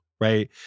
right